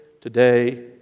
today